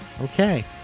Okay